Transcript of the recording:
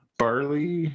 barley